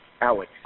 Alex